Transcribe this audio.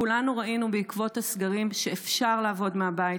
כולנו ראינו בעקבות הסגרים שאפשר לעבוד מהבית.